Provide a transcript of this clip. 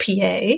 PA